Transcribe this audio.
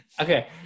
Okay